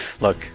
look